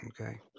okay